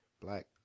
black